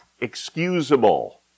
excusable